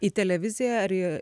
į televiziją ar į